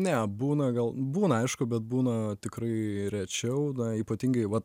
ne būna gal būna aišku bet būna tikrai rečiau ypatingai va